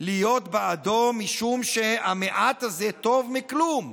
להיות בעדו, משום שהמעט הזה טוב מכלום.